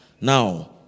Now